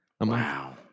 Wow